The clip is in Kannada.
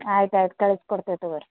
ಆಯ್ತು ಆಯ್ತು ಕಳಿಸ್ಕೊಡ್ತೇವ್ ತಗೋರಿ